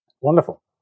Wonderful